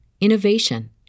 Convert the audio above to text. innovation